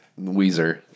Weezer